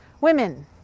Women